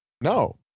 No